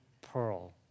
pearl